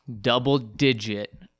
Double-digit